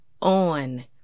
on